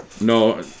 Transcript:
no